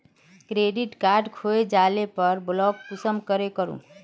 Credit card खोये जाले पर ब्लॉक कुंसम करे करूम?